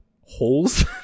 holes